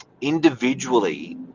individually